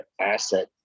asset